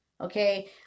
okay